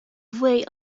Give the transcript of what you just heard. weight